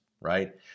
right